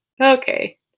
okay